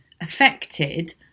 affected